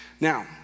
Now